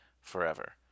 forever